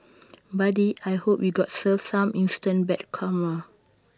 buddy I hope you got served some instant bad karma